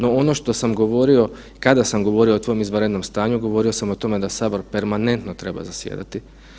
No, ono što sam govorio kada sam govorio o tom izvanrednom stanju govorio sam o tome da sabor permanentno treba zasjedati.